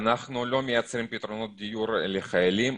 אנחנו לא מייצרים פתרונות דיור לחיילים,